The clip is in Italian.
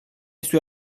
sue